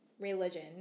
religion